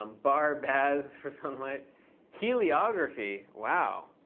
um bar baz, forsunlight. heliography. wow.